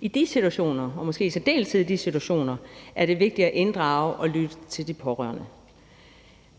I de situationer – og måske i særdeleshed i de situationer – er det vigtigt at inddrage og lytte til de pårørende.